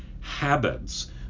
habits